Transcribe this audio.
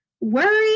worry